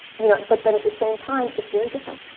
you know but then at the same time it's very different.